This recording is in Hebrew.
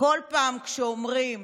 כל פעם כשאומרים: